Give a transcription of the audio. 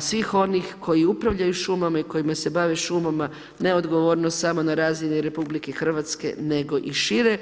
svih oni koji upravljaju šumama i koji se bave šumama, ne odgovornost samo na razini RH nego i šire.